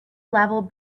level